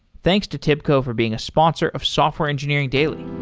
thanks to tibco for being a sponsor of software engineering daily